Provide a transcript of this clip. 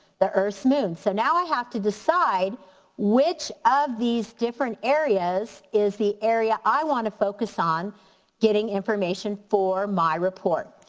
the earth's moon. so now i have to decide which of these different areas is the area i wanna focus on getting information for my report.